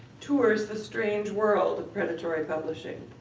tours the strange world of predatory publishing.